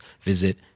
visit